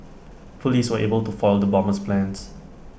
Police were able to foil the bomber's plans